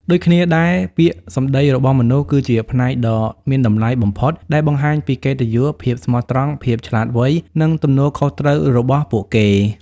ដូចគ្នាដែរ ពាក្យសម្ដីរបស់មនុស្ស គឺជាផ្នែកដ៏មានតម្លៃបំផុតដែលបង្ហាញពីកិត្តិយស ភាពស្មោះត្រង់ ភាពឆ្លាតវៃ និងទំនួលខុសត្រូវរបស់ពួកគេ។